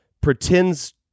pretends